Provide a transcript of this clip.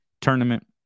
tournament